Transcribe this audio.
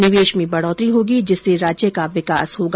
निवेश में बढ़ोतरी होगी जिससे राज्य का विकास होगा